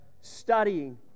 studying